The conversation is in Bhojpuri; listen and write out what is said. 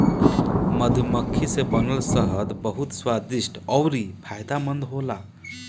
मधुमक्खी से बनल शहद बहुत स्वादिष्ट अउरी फायदामंद होला